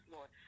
Lord